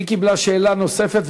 היא קיבלה שאלה נוספת,